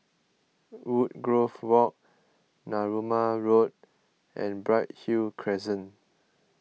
Woodgrove Walk Narooma Road and Bright Hill Crescent